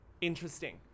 Interesting